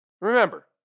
Remember